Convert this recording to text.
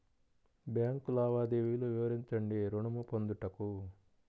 Bank లావాదేవీలు వివరించండి ఋణము పొందుటకు?